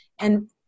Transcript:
And-